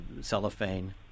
cellophane